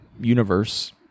universe